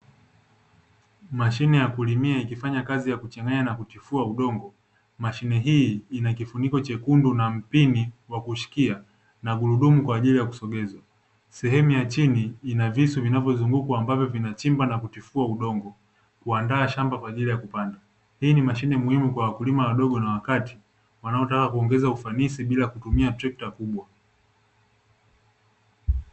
Mashine ya kulimia ikifanya kazi ya kuchanganya na kutifua udongo. Mashine hii ina kifuniko chekundu, na mpini wa kushikia na gurudumu kwa ajili ya kusogeza. Sehemu ya chini ina visu vinavozunguka ambavyo vinavichimba na kutifua udongo, kuandaa shamba kwa ajili ya kupanda. Hii ni mashine muhimu kwa wakulima wadogo na wa kati wanaotaka kuongeza ufanisi bila kutumia trekta kubwa.